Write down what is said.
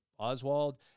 Oswald